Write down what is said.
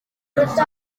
unafite